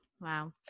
Wow